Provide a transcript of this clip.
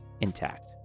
intact